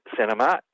Cinema